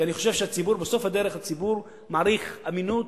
כי אני חושב שבסוף הדרך הציבור מעריך אמינות,